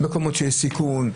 במקומות שיש סיכון,